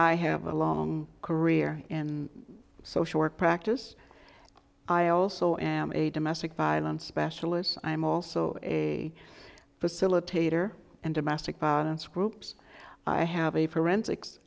i have a long career and social work practice i also am a domestic violence specialists i am also a facilitator and domestic violence groups i have a forensics